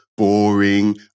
boring